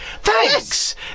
Thanks